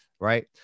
right